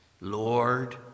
Lord